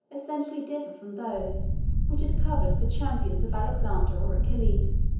essentially differ from those which had covered the companions of alexander or achilles.